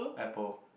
Apple